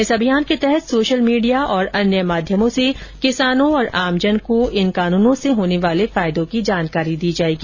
इस अभियान के तहत सोशल मीडिया और अन्य माध्यमों से किसानों और आमजन को इन कानूनों से होने वाले फायदों की जानकारी दी जाएगी